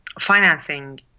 financing